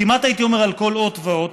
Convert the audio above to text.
כמעט הייתי אומר על כל אות ואות.